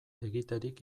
egiterik